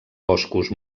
boscos